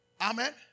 Amen